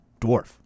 dwarf